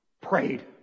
Prayed